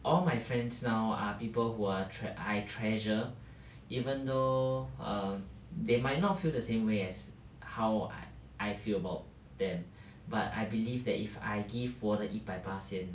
all my friends now are people who are I treasure even though err they might not feel the same way as how I I feel about them but I believe that if I give 我的一百巴仙